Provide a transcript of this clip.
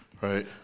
Right